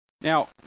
Now